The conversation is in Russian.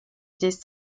здесь